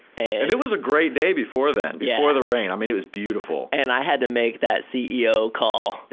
and it was a great day before that, before the rain i mean it was beautiful. and i had to make that ceo call,